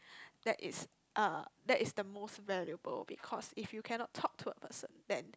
that is uh that is the most valuable because if you cannot talk to a person